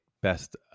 best